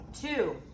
two